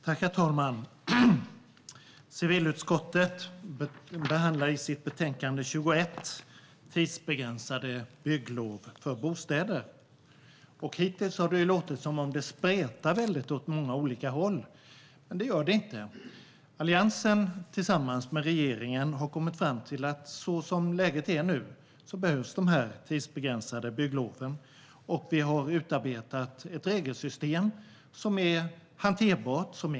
Herr talman! Civilutskottet behandlar i sitt betänkande CU21 tidsbegränsade bygglov för bostäder. Hittills har det låtit som om det spretar väldigt åt många olika håll, men det gör det inte. Alliansen har tillsammans med regeringen kommit fram till att så som läget är nu behövs dessa begränsade bygglov. Vi har utarbetat ett regelsystem som är hanterbart.